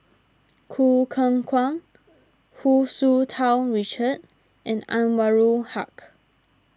Choo Keng Kwang Hu Tsu Tau Richard and Anwarul Haque